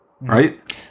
right